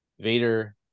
Vader